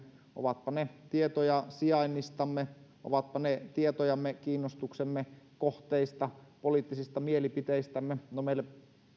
ovatpa ne tietoja sijainnistamme ovatpa ne tietoja kiinnostuksemme kohteista tai poliittisista mielipiteistämme no meille